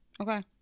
Okay